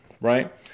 right